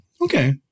Okay